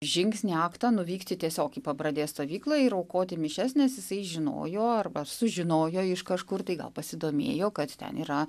žingsnį aktą nuvykti tiesiog į pabradės stovyklą ir aukoti mišias nes jisai žinojo arba sužinojo iš kažkur tai gal pasidomėjo kad ten yra